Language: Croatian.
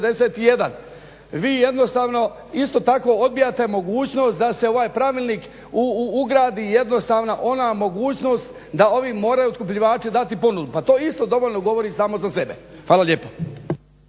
vi jednostavno isto tako odbijate mogućnost da se u ovaj pravilnik ugradi jednostavna ona mogućnost da ovi moraju otkupljivači dati ponudu. Pa to isto dovoljno govori samo za sebe. Hvala lijepa.